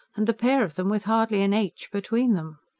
and the pair of them with hardly an h between them!